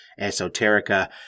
esoterica